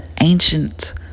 ancient